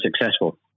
successful